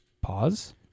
pause